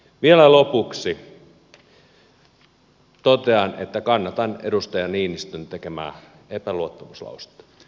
vielä lopuksi totean että kannatan edustaja niinistön tekemää epäluottamuslausetta